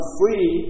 free